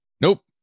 Nope